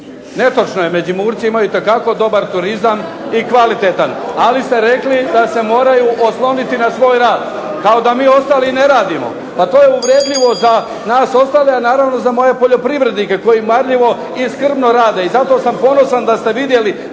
Netočno je. Međimurci imaju itekako dobar turizam, i kvalitetan, ali ste rekli da se moraju osloniti na svoj rad, kao da mi ostali ne radimo. Pa to je uvredljivo za nas ostale, a naravno za moje poljoprivrednike koji marljivo i skrbno rade, i zato sam ponosan da ste vidjeli